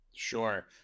Sure